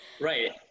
Right